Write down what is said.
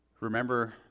Remember